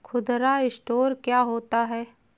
खुदरा स्टोर क्या होता है?